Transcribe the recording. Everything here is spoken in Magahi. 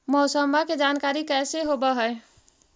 मौसमा के जानकारी कैसे होब है?